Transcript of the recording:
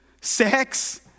sex